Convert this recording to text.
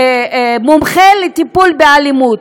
מומחה לטיפול באלימות,